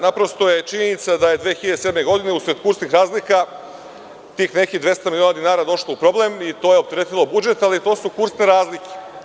Naprosto je činjenica da je 2007. godine usred kursnih razlika tih nekih 200 miliona dinara došlo u problem i to je opteretilo budžet, ali to su kursne razlike.